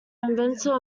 inventor